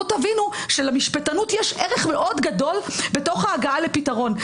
תבינו שלמשפטנות יש ערך מאוד גדול בתוך ההגעה לפתרון.